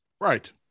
Right